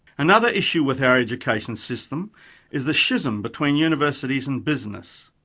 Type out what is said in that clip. another issue with our education system is the schism between universities and business.